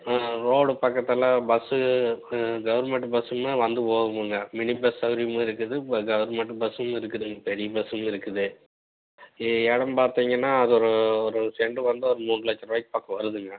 ம் ரோடு பக்கத்தில் bus government பஸ்ஸுமே வந்து போகுமுங்க மினி பஸ் சௌரியம் இருக்குது ப்ப கவர்மெண்ட்டு பஸ்ஸும் இருக்குதுங்க பெரிய பஸ்ஸும் இருக்குது எ இடம் பார்த்தீங்கன்னா அது ஒரு ஒரு செண்டு வந்து ஒரு மூணு லட்சம் ரூபாய்க்கி பக்கம் வருதுங்க